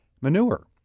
manure